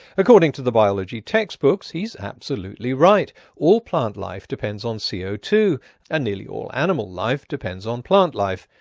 according to the biology textbooks he's absolutely right. all plant life depends on c o two and nearly all animal life depends on plant life.